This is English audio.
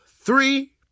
three